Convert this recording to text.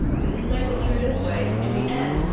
if we cycle through this way, in the end,